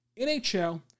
NHL